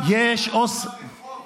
זה טבע נוער הרחוב,